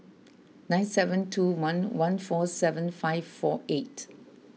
nine seven two one one four seven five four eight